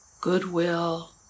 goodwill